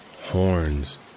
horns